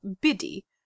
Biddy